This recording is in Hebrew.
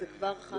זה כבר חל?